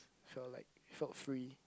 felt like felt free